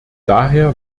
daher